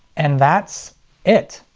and that's it.